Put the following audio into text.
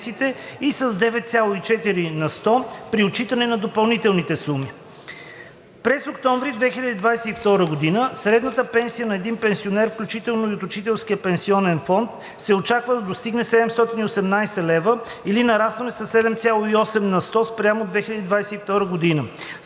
и с 9,4 на сто при отчитане на допълнителните суми. През октомври 2022 г. средната пенсия на един пенсионер, включително и от Учителския пенсионен фонд, се очаква да достигне 718 лв. или да нарасне със 7,8 на сто спрямо юли 2022 г.